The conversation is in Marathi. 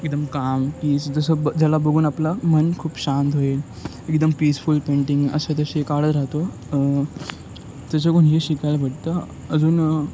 एकदम काम पीस जसं ब ज्याला बघून आपलं मन खूप शांत होईल एकदम पीसफुल पेंटिंग असे तसे काढत राहतो त्याच्याकडून हे शिकायला भेटतं अजून